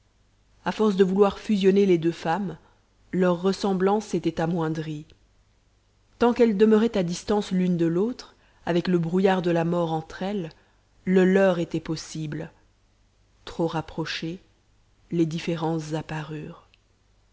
à force de vouloir fusionner les deux femmes leur ressemblance s'était amoindrie tant qu'elles demeuraient à distance l'une de l'autre avec le brouillard de la mort entre elles le leurre était possible trop rapprochées les différences